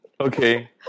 Okay